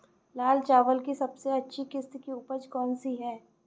लाल चावल की सबसे अच्छी किश्त की उपज कौन सी है?